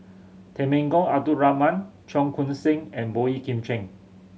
Temenggong Abdul Rahman Cheong Koon Seng and Boey Kim Cheng